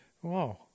Whoa